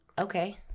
okay